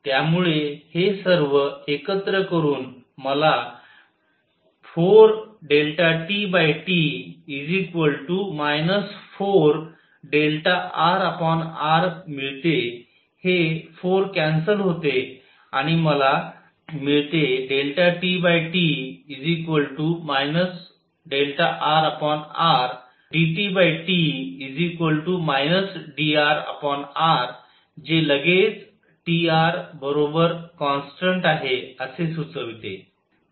त्यामुळे हे सर्व एकत्र करून मला 4TT 4rr मिळते हे 4 कॅन्सल होते आणि मला मिळते TT rr dTT drrजे लगेच Trconstant आहे असे सुचवते